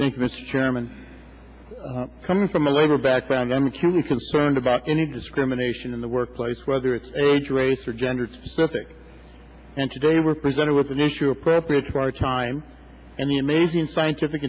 chairman coming from a labor background i'm acutely concerned about any discrimination in the workplace whether it's age race or gender specific and today we're presented with an issue appropriate for our time and the amazing scientific